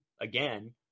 again